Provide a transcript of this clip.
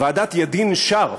ועדת ידין-שרף.